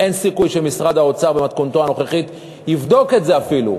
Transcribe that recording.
אין סיכוי שמשרד האוצר במתכונתו הנוכחית יבדוק את זה אפילו.